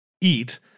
eat